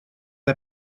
hij